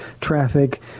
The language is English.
traffic